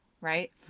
right